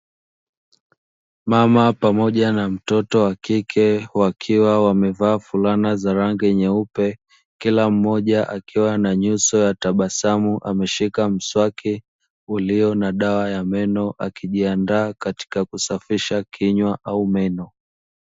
Mama pamoja na mtoto wa kike wakiwa wamevaa fulana za rangi nyeupe, kila mmoja akiwa na nyuso ya tabasamu ameshika mswaki ulio na dawa ya meno, akijiandaa katika kusafisha kinywa au meno.